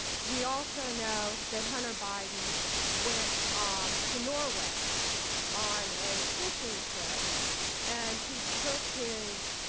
we also know that hunter biden went um to norway on a fishing trip and he took his